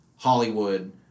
Hollywood